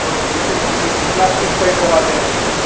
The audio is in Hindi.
तो कितने कितना कितना पीस पैक करा दें आपका